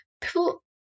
People